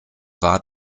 war